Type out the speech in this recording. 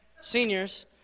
seniors